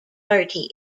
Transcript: party